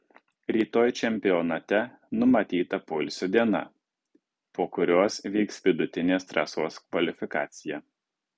rytoj čempionate numatyta poilsio diena po kurios vyks vidutinės trasos kvalifikacija